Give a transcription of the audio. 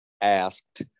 asked